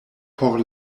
por